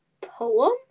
poem